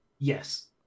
Yes